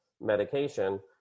medication